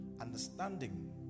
understanding